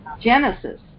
Genesis